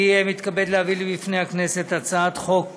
אני מתכבד להביא לפני הכנסת הצעת חוק